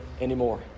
anymore